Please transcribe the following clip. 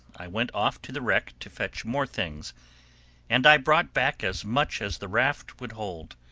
i went off to the wreck to fetch more things and i brought back as much as the raft would hold.